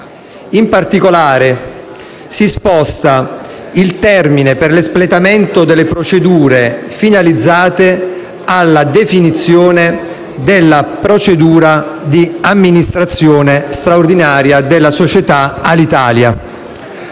In particolare, si sposta il termine per l'espletamento delle procedure finalizzate alla definizione della procedura di amministrazione straordinaria della società Alitalia